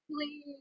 Please